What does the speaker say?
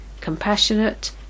compassionate